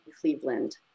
Cleveland